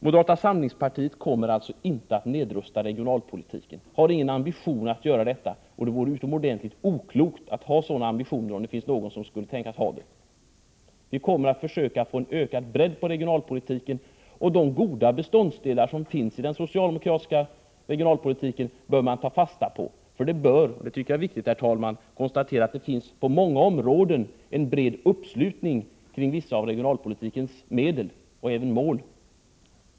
Moderata samlingspartiet kommer alltså inte att nedrusta regionalpolitiken, vi har ingen ambition att göra det. Det vore utomordentligt oklokt att ha sådana ambitioner — om det nu finns någon som skulle kunna tänka sig ha det. Vi kommer att försöka att få en ökad bredd på regionalpolitiken. De goda beståndsdelar som finns i den socialdemokratiska regionalpolitiken bör man ta fasta på. Jag tycker att det är viktigt, herr talman, att konstatera att det på många områden finns en bred uppslutning kring regionalpolitikens medel, och även mål.